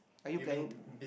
are you planning to